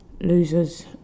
Losers